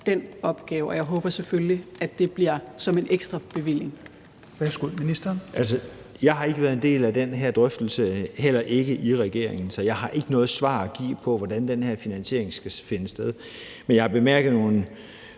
Ministeren for udviklingssamarbejde (Flemming Møller Mortensen): Altså, jeg har ikke været en del af den her drøftelse, heller ikke i regeringen, så jeg har ikke noget svar at give på, hvordan den her finansiering skal finde sted. Men jeg har bemærket nogle